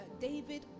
David